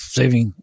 saving